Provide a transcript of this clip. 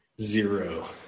zero